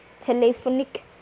telephonic